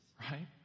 Right